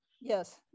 Yes